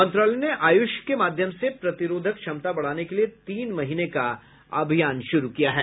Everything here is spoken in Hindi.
मंत्रालय ने आयुष के माध्यम से प्रतिरोधक क्षमता बढाने के लिए तीन महीने का अभियान शुरू किया है